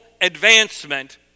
advancement